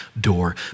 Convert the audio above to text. door